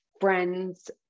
friends